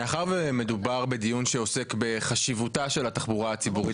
מאחר שמדובר בדיון שעוסק בחשיבותה של התחבורה הציבורית